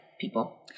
people